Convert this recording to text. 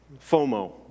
FOMO